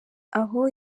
aho